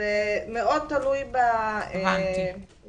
זה מאוד תלוי בפרסונות.